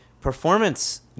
performance